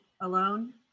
alone